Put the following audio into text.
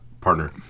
partner